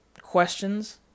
questions